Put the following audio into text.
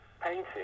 painting